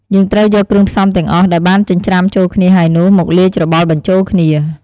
យើងត្រូវយកគ្រឿងផ្សំទាំងអស់ដែលបានចិញ្ច្រាំចូលគ្នាហើយនោះ មកលាយច្របល់បញ្ចូលគ្នា។